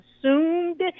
assumed